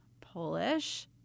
Polish